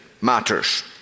matters